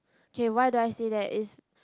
okay why do I say that is